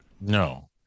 no